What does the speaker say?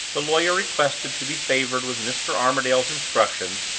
the lawyer requested to be favored with mr. armadale's instructions,